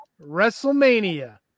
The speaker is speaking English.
WrestleMania